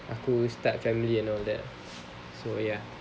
aku start family and all that so ya